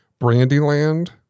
brandyland